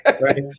Right